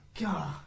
God